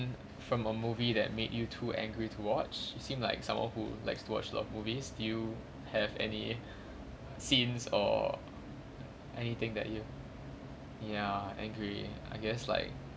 from a movie that made you too angry to watch seem like someone who likes to watch a lot of movies do you have any scenes or anything that you ya angry I guess like